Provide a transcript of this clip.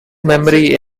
memory